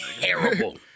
Terrible